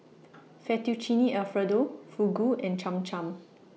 Fettuccine Alfredo Fugu and Cham Cham